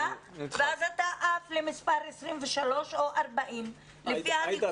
ואז אתה עף למספר 23 או 40. עאידה,